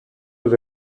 was